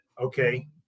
okay